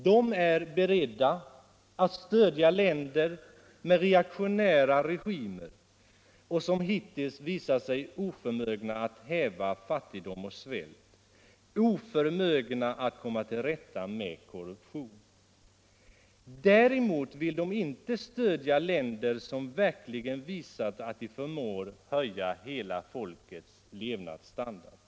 De är beredda att stödja länder med reaktionära regimer som hittills visat sig oförmögna att häva fattigdom och svält, oförmögna att komma till rätta med korruption. Däremot vill de inte stödja länder som verkligen visat att de förmår höja hela folkets levnadsstandard.